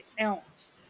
ounce